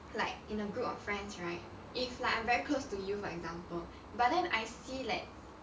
like in a group of friends right if like I'm very close to you for example but then I see that